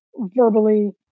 verbally –